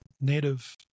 native